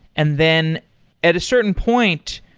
and then at a certain point,